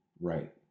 Right